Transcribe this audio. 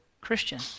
Christian